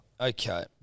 Okay